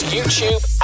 YouTube